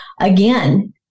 again